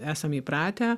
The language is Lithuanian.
esam įpratę